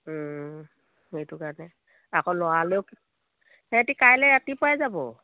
সেইটো কাৰণে আকৌ ল'ৰালৈও সিহঁতি কাইলৈ ৰাতিপুৱাই যাব